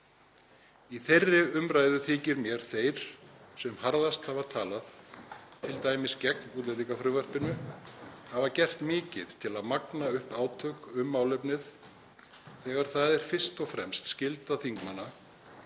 Í þeirri umræðu þykir mér þeir sem harðast hafa talað, t.d. gegn útlendingafrumvarpinu, hafa gert mikið til að magna upp átök um málefnið þegar það er fyrst og fremst skylda þingmanna